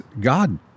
God